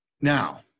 now